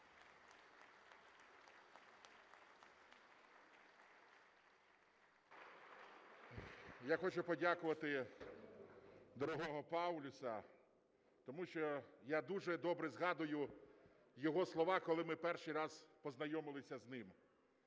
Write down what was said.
Я хочу подякувати дорогого Паулюса, тому що я дуже добре згадую його слова, коли ми перший раз познайомилися з ним.